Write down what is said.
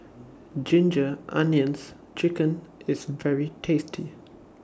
Ginger Onions Chicken IS very tasty